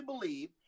believe